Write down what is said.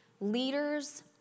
leaders